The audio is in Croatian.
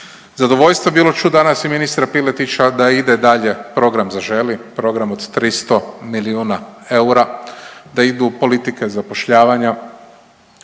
Zadovoljstvo je bilo čuti danas i ministra Piletića da ide dalje program Zaželi, program od 300 milijuna eura, da idu politike zapošljavanja,